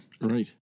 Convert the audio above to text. Right